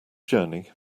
journey